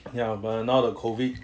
ya but now the COVID